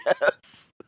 Yes